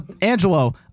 Angelo